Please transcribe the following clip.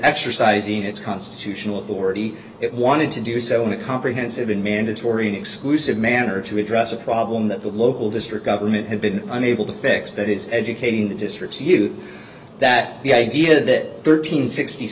exercising its constitutional authority it wanted to do so in a comprehensive and mandatory exclusive manner to address a problem that the local district government has been unable to fix that is educating the districts you that the idea that thirteen sixty